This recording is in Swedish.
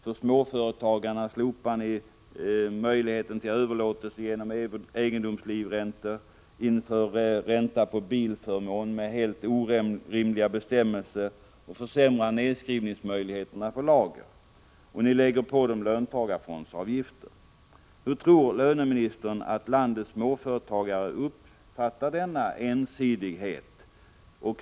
För småföretagarna slopar ni möjligheten till överlåtelse genom egendomslivräntor, inför ränta på bilförmån — helt orimliga bestämmelser — och försämrar nedskrivningsmöjligheterna när det gäller lager. Ni lägger på dem löntagarfondsavgifter. Hur tror löneministern att landets småföretagare uppfattar denna ensidighet?